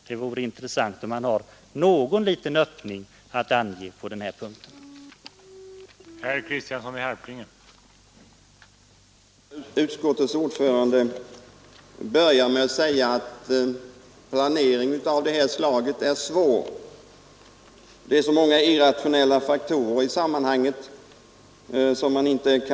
Det vore intressant om han har någon liten öppning att ange på den punkten, alltså i fråga om ekonomiska planer som delvis hakar in i varandra.